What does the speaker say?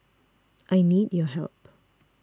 I need your help